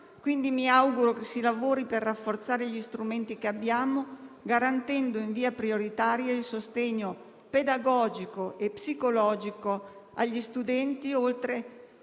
quindi mi auguro che si lavori per rafforzare gli strumenti che abbiamo, garantendo in via prioritaria il sostegno pedagogico e psicologico agli studenti, perché,